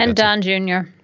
and don junior.